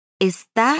Está